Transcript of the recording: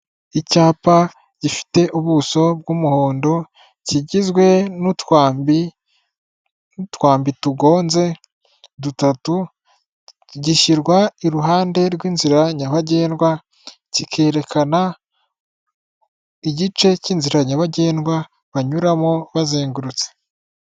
Icyapa gifite ubuso bw'umuhondo kigizwe n'utwambi n'utwambitugonze dutatu gishyirwa iruhande rw'inzira nyabagendwa, kikerekana igice cy'inzira nyabagendwa banyuramo bazengurutse.